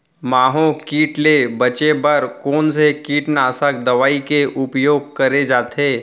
माहो किट ले बचे बर कोन से कीटनाशक दवई के उपयोग करे जाथे?